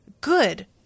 good